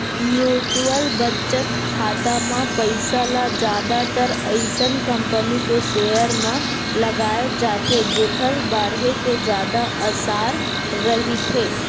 mutual बचत खाता म पइसा ल जादातर अइसन कंपनी के सेयर म लगाए जाथे जेखर बाड़हे के जादा असार रहिथे